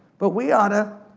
but we ought to,